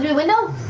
yeah window?